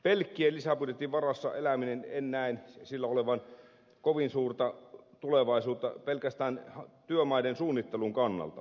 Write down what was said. pelkkien lisäbudjettien varassa elämisellä en näe olevan kovin suurta tulevaisuutta pelkästään työmaiden suunnittelun kannalta